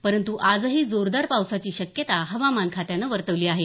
परंतु आजही जोरदार पावसाची शक्यता हवामान खात्यानं वर्तवली आहे